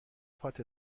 پات